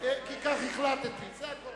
הכתובה